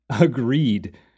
Agreed